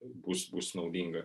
bus bus naudinga